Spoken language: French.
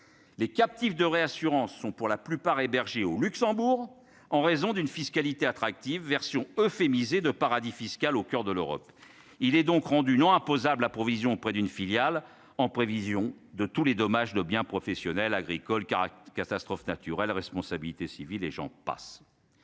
les captives de réassurances sont pour la plupart hébergés au Luxembourg, en raison d'une fiscalité attractive version euphémisé de paradis fiscal au coeur de l'Europe, il est donc rendu non imposables provision auprès d'une filiale en prévision de tous les dommages de biens professionnels agricoles Caracas catastrophe naturelle, responsabilité civile et j'en passe,